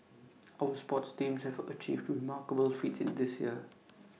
our sports teams have achieved remarkable feats this year